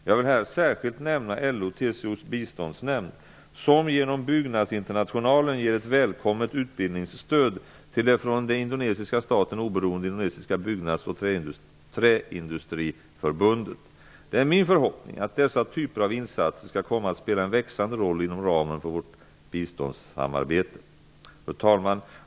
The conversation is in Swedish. Jag vill här särskilt nämna LO/TCO:s biståndsnämnd, som genom Byggnadsinternationalen ger ett välkommet utbildningsstöd till det från den indonesiska staten oberoende indonesiska byggnads och träindustriförbundet. Det är min förhoppning att dessa typer av insatser skall komma att spela en växande roll inom ramen för vårt biståndssamarbete. Fru talman!